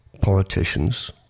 politicians